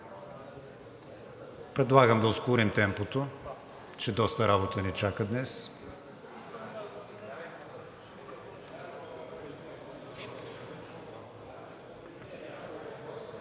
Предлагам да ускорим темпото, защото доста работа ни чака днес.